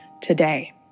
today